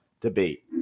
debate